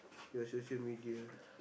your social-media